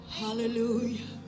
hallelujah